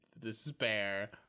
despair